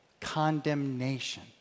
condemnation